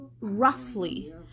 roughly